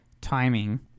timing